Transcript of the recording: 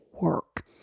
work